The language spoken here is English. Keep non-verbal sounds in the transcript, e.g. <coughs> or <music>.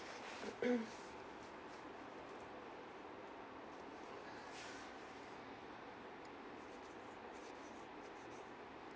<coughs>